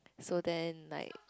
so then like